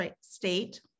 State